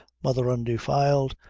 mother undefiled,